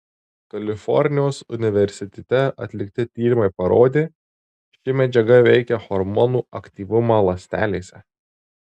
kalifornijos universitete atlikti tyrimai parodė ši medžiaga veikia hormonų aktyvumą ląstelėse